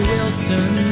Wilson